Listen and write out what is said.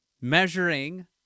measuring